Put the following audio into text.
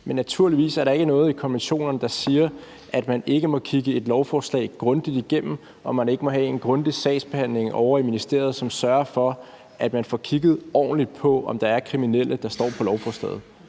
men naturligvis er der ikke noget i konventionerne, der siger, at man ikke må kigge et lovforslag grundigt igennem, og at man ikke må have en grundig sagsbehandling ovre i ministeriet, som sørger for, at man får kigget ordentligt på, om der er kriminelle, der står på lovforslaget.